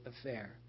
affair